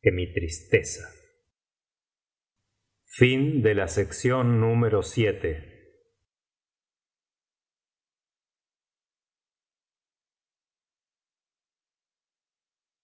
que mi tristeza